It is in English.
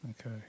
Okay